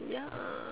ya